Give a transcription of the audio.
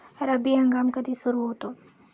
रब्बी हंगाम कधी सुरू होतो?